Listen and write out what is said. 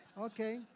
Okay